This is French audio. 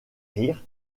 rires